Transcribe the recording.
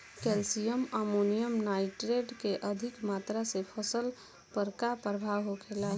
Calcium ammonium nitrate के अधिक मात्रा से फसल पर का प्रभाव होखेला?